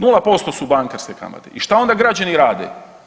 0% su bankarske kamate i šta onda građani rade?